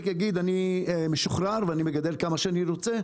יגיד: "אני משוחרר ואני מגדל כמה שאני רוצה".